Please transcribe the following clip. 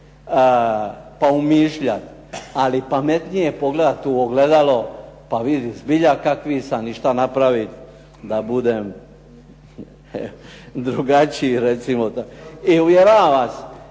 pa umišljat, ali pametnije je pogledat u ogledalo pa vidit zbilja kakvi sam i šta napravit da budem drugačiji. I uvjeravam vas,